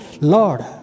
Lord